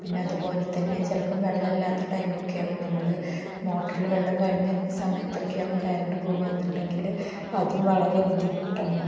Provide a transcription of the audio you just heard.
പിന്നെ അതുപോലെത്തന്നെ ചിലപ്പം വെള്ളം ഇല്ലാത്ത ടൈമൊക്കെ ആവും നമ്മൾ മോട്ടറിൽ വെള്ളം കഴിഞ്ഞ സമയത്തൊക്കെ ആവും കരണ്ട് പോവുകയാണെന്നുന്നെങ്കിൽ അതും വളരെ ബുദ്ധിമുട്ടാണ്